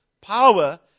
power